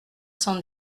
cent